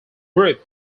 group